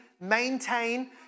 maintain